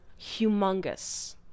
humongous